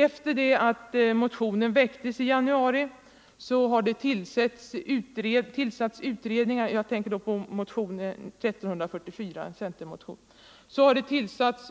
Efter det att motionen 1344 väcktes i januari har det tillsatts